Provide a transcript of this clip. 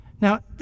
Now